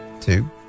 two